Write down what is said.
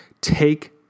Take